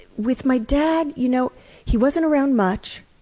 with my dad, you know he wasn't around much.